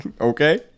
Okay